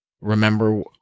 Remember